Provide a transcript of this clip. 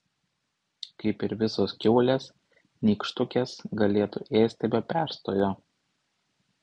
kaip ir visos kiaulės nykštukės galėtų ėsti be perstojo